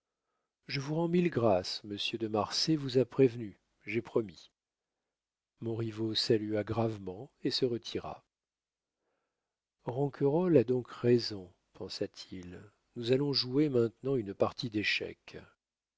je vous rends mille grâces monsieur de marsay vous a prévenu j'ai promis montriveau salua gravement et se retira ronquerolles a donc raison pensa-t-il nous allons jouer maintenant une partie d'échecs